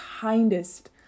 kindest